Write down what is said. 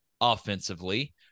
offensively